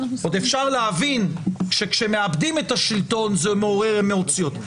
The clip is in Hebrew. עוד אפשר להבין כשמאבדים את השלטון זה מעורר אמוציות,